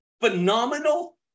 phenomenal